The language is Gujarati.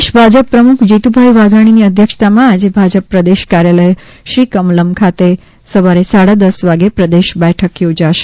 પ્રદેશ ભાજપ પ્રમુખ જીતુભાઈ વાઘાણીની અધ્યક્ષતામાં આજે ભાજપ પ્રદેશ કાર્યાલય શ્રી કમલમ ખાતે સવારે સાડા દસ વાગે પ્રદેશ બેઠક યોજાશે